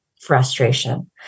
frustration